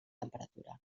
temperatura